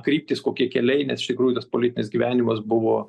kryptys kokie keliai nes iš tikrųjų tas politinis gyvenimas buvo